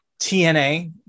TNA